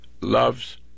loves